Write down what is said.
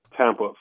Tampa